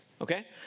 Okay